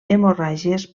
hemorràgies